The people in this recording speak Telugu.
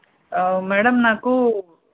మేడమ్ నాకు